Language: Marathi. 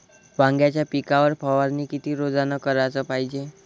वांग्याच्या पिकावर फवारनी किती रोजानं कराच पायजे?